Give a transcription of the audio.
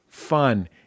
fun